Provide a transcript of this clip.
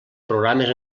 programes